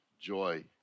joy